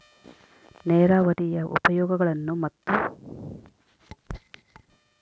ನೇರಾವರಿಯ ಉಪಯೋಗಗಳನ್ನು ಮತ್ತು?